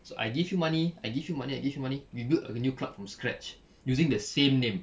so I give you money I give you money I give you money we build a new club from scratch using the same name